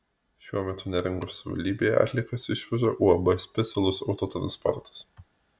šiuo metu neringos savivaldybėje atliekas išveža uab specialus autotransportas